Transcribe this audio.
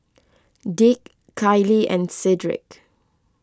Dick Kailee and Cedric